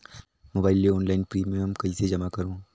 Mobile ले online premium कइसे जमा करों?